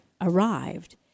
arrived